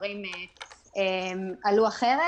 הדברים עלו אחרת.